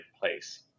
place